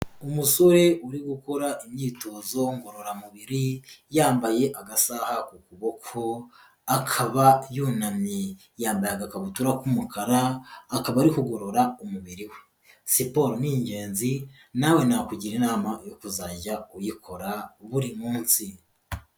Umusore uri gukora imyitozo ngororamubiri, yambaye agasa ku kuboko, akaba yunamye. Yambaye agakabutura k'umukara, akaba ari kugorora umubiri we. Siporo ni ingenzi, nawe nakugira inama yo kuzajya uyikora buri munsi.